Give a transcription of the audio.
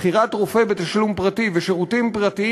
בחירת רופא בתשלום פרטי ושירותים פרטיים